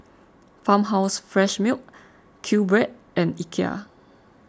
Farmhouse Fresh Milk Q Bread and Ikea